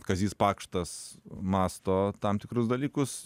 kazys pakštas mąsto tam tikrus dalykus